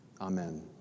Amen